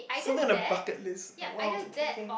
so mean the bucket list well okay